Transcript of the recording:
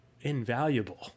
invaluable